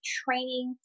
training